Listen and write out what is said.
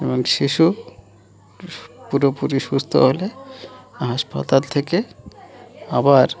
এবং শিশু পুরোপুরি সুস্থ হলে হাসপাতাল থেকে আবার